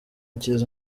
cyiza